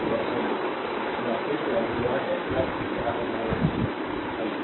तो वास्तविक पोलेरिटी यह है यह है